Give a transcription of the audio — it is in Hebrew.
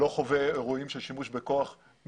לא חווה אירועים של שימוש בכוח משוטרים.